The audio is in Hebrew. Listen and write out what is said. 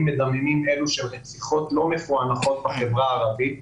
מדממים של רציחות לא מפוענחות בחברה הערבית